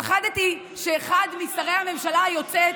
פחדתי שאחד משרי הממשלה היוצאת,